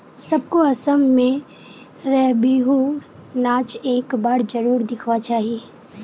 सबको असम में र बिहु र नाच एक बार जरुर दिखवा चाहि